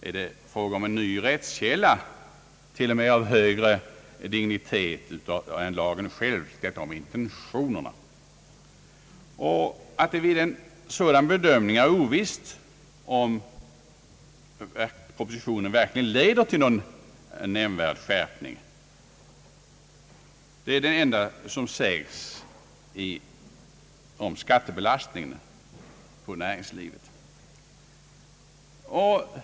Är det fråga om en ny rättskälla, t.o.m., av högre dignitet än lagen själv, eller vad menar man med »intentionerna»? Det enda som sägs om skattebelastningen på näringslivet är att det vid en sådan bedömning är ovisst, huruvida propositionen verkligen leder till någon nämnvärd skärpning.